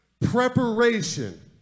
Preparation